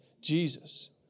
Jesus